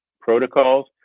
protocols